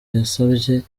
yasabye